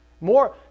more